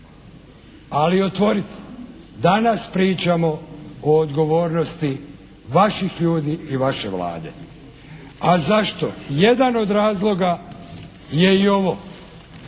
ali otvoriti. Danas pričamo o odgovornosti vaših ljudi i vaše Vlade. A zašto? Jedan od razloga je i ovo